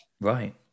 Right